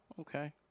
Okay